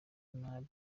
nabi